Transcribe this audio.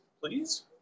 please